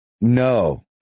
No